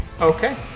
Okay